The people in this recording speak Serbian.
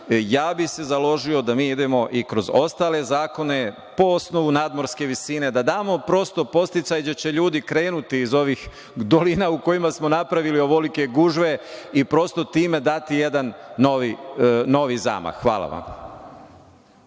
bih se da mi idemo i kroz ostale zakone po osnovu nadmorske visine, da damo prosto podsticaj gde će ljudi krenuti iz ovih dolina u kojima smo napravili ovolike gužve, i prosto time dati jedan novi zamah. Hvala.